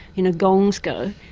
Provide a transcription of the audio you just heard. you know, gongs go,